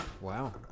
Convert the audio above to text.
wow